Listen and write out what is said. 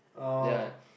oh